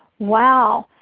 wow.